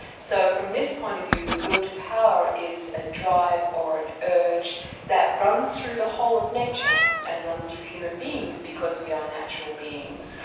so from this point of view the will to power is a drive or an urge that runs through the whole of nature, and runs through human beings because we are natural beings.